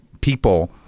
people